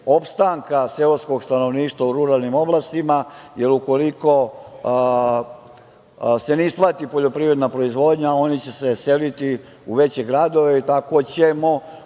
opstanka seoskog stanovništva u ruralnim oblastima, jer ukoliko se ne isplati poljoprivredna proizvodnja, oni će se seliti u veće gradove i tako ćemo